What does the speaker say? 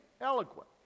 eloquent